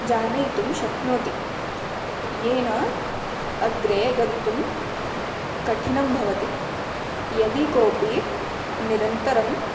जानयितुं शक्नोति येन अग्रे गन्तुं कठिनं भवति यदि कोपि निरन्तरं